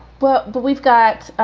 well, but we've got